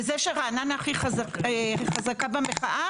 וזה שרעננה הכי חזקה במחאה,